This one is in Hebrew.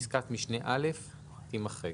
פסקת משנה (א) תימחק.